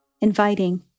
inviting